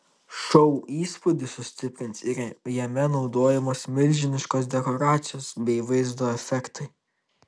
šou įspūdį sustiprins ir jame naudojamos milžiniškos dekoracijos bei vaizdo efektai